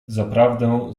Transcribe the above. zaprawdę